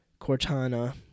Cortana